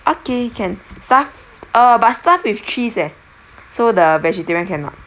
okay can stuffed err but stuffed with cheese eh so the vegetarian cannot